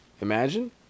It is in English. Imagine